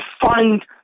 find